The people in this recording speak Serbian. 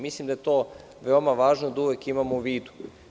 Mislim da je to veoma važno da uvek imamo u vidu.